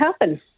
happen